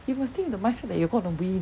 you must think the mindset that you are gonna win